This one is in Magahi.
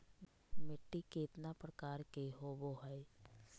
मिट्टी केतना प्रकार के होबो हाय?